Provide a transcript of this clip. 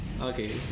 Okay